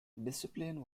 discipline